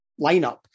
lineup